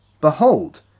Behold